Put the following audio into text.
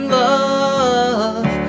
love